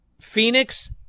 Phoenix